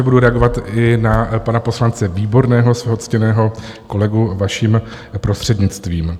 Já samozřejmě budu reagovat i na pana poslance Výborného, svého ctěného kolegu, vaším prostřednictvím.